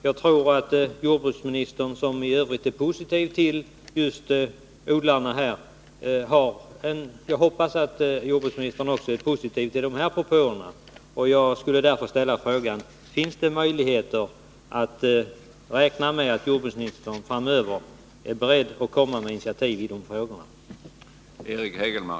Jag hoppas att jordbruksministern, som i övrigt är positivt inställd till just odlarna, också är positiv till dessa propåer. Kan man räkna med att jordbruksministern framöver kommer med initiativ i dessa frågor?